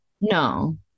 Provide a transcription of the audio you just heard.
No